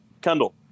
Kendall